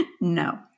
no